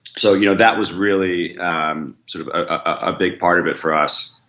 so you know that was really sort of a big part of it for us